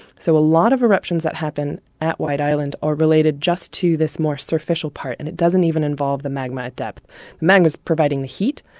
so a lot of eruptions that happen at white island are related just to this more surficial part, and it doesn't even involve the magma at depth. the magma's providing heat,